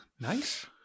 Nice